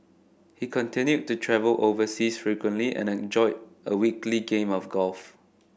he continued to travel overseas frequently and enjoyed a weekly game of golf